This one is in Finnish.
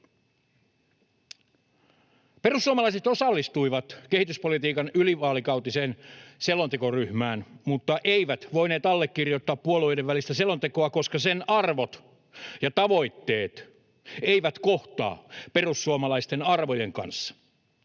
Perussuomalaiset osallistuivat kehityspolitiikan ylivaalikautiseen selontekoryhmään, mutta eivät voineet allekirjoittaa puolueiden välistä selontekoa, koska sen arvot ja tavoitteet eivät kohtaa perussuomalaisten arvojen kanssa.